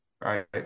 right